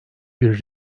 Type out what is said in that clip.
bir